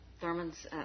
Thurman's